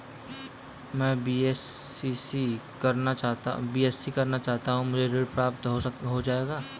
मैं बीएससी करना चाहता हूँ क्या मुझे ऋण प्राप्त हो जाएगा?